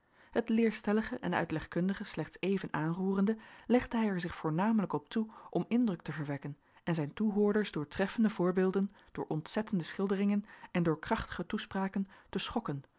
het leerstellige en uitlegkundige slechts even aanroerende legde hij er zich voornamelijk op toe om indruk te verwekken en zijn toehoorders door treffende voorbeelden door ontzettende schilderingen en door krachtige toespraken te schokken